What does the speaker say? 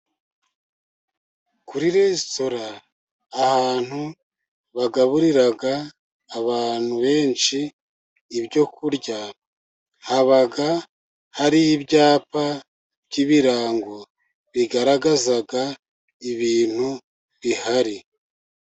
Kuri resitora, ahantu bagaburira abantu benshi ibyo kurya, haba hari ibyapa by'ibirango, bigaragaza ibintu bihari.